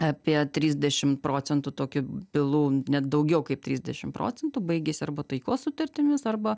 apie trisdešim procentų tokių bylų net daugiau kaip trisdešim procentų baigėsi arba taikos sutartimis arba